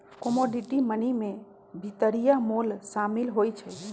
commodity money में भितरिया मोल सामिल होइ छइ